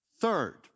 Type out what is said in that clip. Third